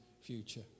future